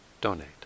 donate